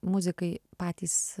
muzikai patys